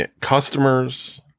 Customers